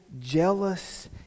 jealous